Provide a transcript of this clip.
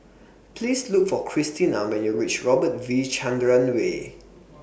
Please Look For Cristina when YOU REACH Robert V Chandran Way